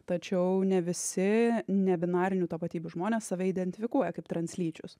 tačiau ne visi ne binarinių tapatybių žmonės save identifikuoja kaip translyčius